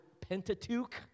Pentateuch